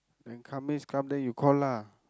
then come means come then you call lah